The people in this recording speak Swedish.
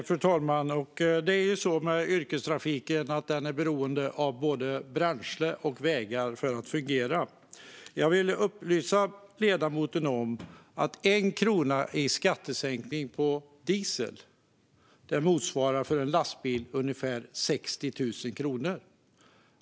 Fru talman! Det är ju så med yrkestrafiken att den är beroende av både bränsle och vägar för att fungera. Jag vill upplysa ledamoten om att 1 krona i skattesänkning på diesel motsvarar ungefär 60 000 kronor för en lastbil.